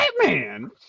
Batman